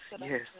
yes